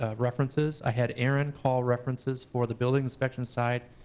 ah references. i had aaron call references for the building inspection side,